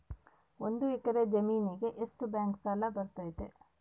ಒಂದು ಎಕರೆ ಜಮೇನಿಗೆ ಎಷ್ಟು ಬ್ಯಾಂಕ್ ಸಾಲ ಬರ್ತೈತೆ?